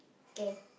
can